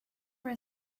were